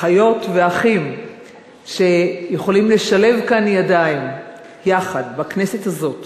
אחיות ואחים שיכולים לשלב כאן ידיים יחד בכנסת הזאת